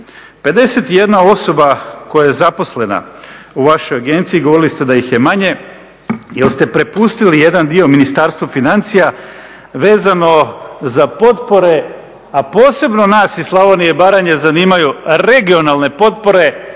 51 osoba koja je zaposlena u vašoj agenciji, govorili ste da ih je manje jer ste prepustili jedan dio Ministarstvu financija, vezano za potpore, a posebno nas iz Slavonije i Baranje zanimaju regionalne potpore